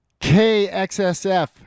KXSF